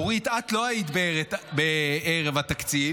אורית, את לא היית בערב התקציב,